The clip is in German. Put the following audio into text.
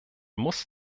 muss